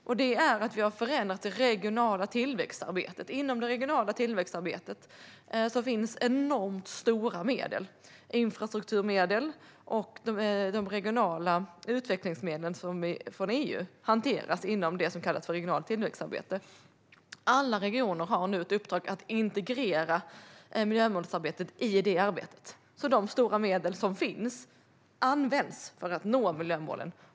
Det handlar om att vi har förändrat det regionala tillväxtarbetet. Inom det finns enormt stora medel; infrastrukturmedel och de regionala utvecklingsmedlen från EU hanteras inom det som kallas regionalt tillväxtarbete. Alla regioner har nu i uppdrag att integrera miljömålsarbetet i det arbetet, så att de stora medel som finns används för att nå miljömålen.